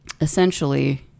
essentially